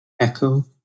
Echo